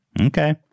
Okay